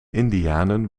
indianen